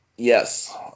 Yes